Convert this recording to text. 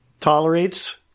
tolerates